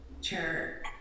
Chair